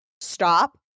Stop